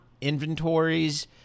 inventories